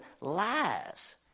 lies